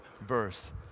verse